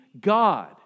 God